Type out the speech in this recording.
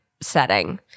setting